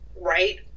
right